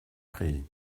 créées